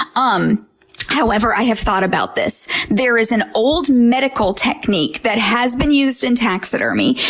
ah um however, i have thought about this. there is an old medical technique that has been used in taxidermy.